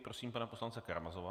Prosím pana poslance Karamazova.